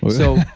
so.